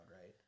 right